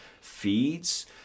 feeds